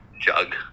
jug